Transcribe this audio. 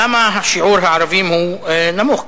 למה שיעור הערבים הוא נמוך?